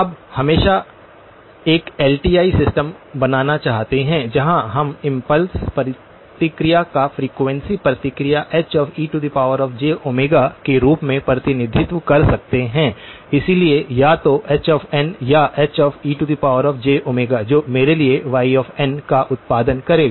हम हमेशा एक एल टी आई सिस्टम बनाना चाहते हैं जहाँ हम इम्पल्स प्रतिक्रिया या फ्रीक्वेंसी प्रतिक्रिया Hejω के रूप में प्रतिनिधित्व कर सकते हैं इसलिए या तो h n या Hejω जो मेरे लिए yn का उत्पादन करेगा